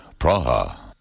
Praha